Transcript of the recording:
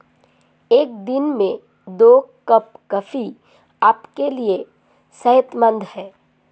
एक दिन में दो कप कॉफी आपके लिए सेहतमंद है